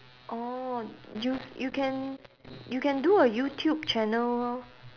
orh you you can you can do a youtube channel orh